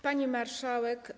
Pani Marszałek!